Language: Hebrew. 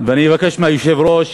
ואני אבקש מהיושב-ראש,